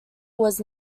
was